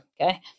Okay